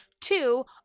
Two